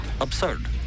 absurd